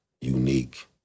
unique